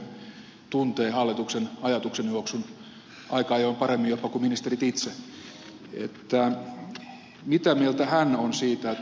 zyskowicziltä joka usein tuntee hallituksen ajatuksenjuoksun aika ajoin jopa paremmin kuin ministerit itse mitä mieltä hän on siitä